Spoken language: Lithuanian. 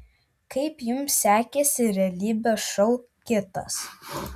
kaip jums sekėsi realybės šou kitas